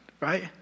right